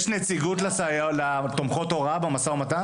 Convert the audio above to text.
יש נציגות לתומכות הוראה במשא ומתן?